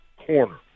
corner